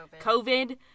COVID